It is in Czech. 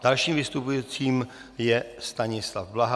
Dalším vystupujícím je Stanislav Blaha.